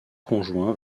conjoint